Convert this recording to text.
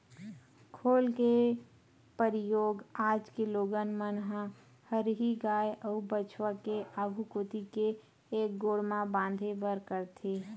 खोल के परियोग आज के लोगन मन ह हरही गाय अउ बछवा के आघू कोती के एक गोड़ म बांधे बर करथे